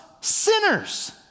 sinners